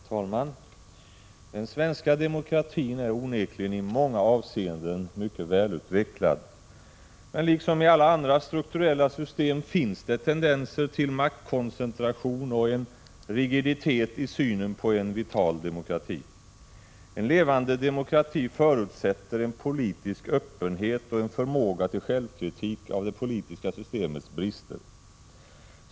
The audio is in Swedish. Herr talman! Den svenska demokratin är onekligen i många avseenden mycket välutvecklad, men liksom i alla strukturella system finns det tendenser till maktkoncentration och rigiditet i synen på en vital demokrati. En levande demokrati förutsätter en politisk öppenhet och en förmåga till självkritik av det politiska systemets brister.